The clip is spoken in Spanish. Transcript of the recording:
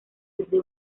desde